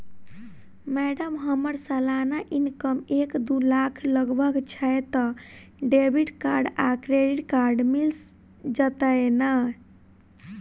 Madam हम्मर सलाना income एक दु लाख लगभग छैय तऽ डेबिट कार्ड आ क्रेडिट कार्ड मिल जतैई नै?